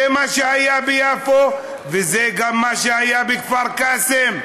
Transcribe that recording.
זה מה שהיה ביפו וזה גם מה שהיה בכפר קאסם.